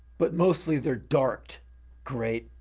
but mostly they're darked great.